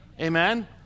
Amen